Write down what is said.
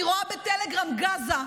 אני רואה בטלגרם Gaza,